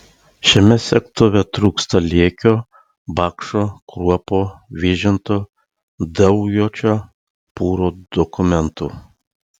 šiame segtuve trūksta liekio bakšo kruopo vyžinto daujočio pūro dokumentų